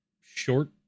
short